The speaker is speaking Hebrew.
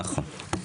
נכון.